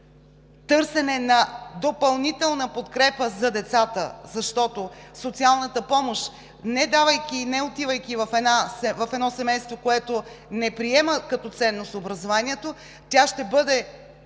търсене на допълнителна подкрепа за децата, защото социалната помощ – не давайки и не отивайки в едно семейство, което не приема като ценност образованието, ще бъде